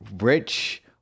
rich